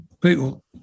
people